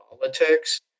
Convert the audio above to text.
politics